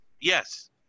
Yes